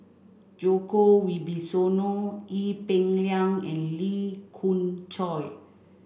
Djoko Wibisono Ee Peng Liang and Lee Khoon Choy